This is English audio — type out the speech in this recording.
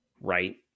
Right